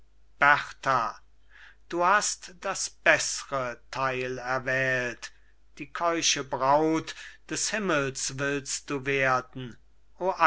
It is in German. du hast das beßre teil erwählt die keusche braut des himmels willst du werden